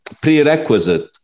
prerequisite